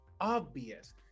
obvious